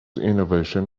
innovation